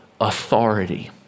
authority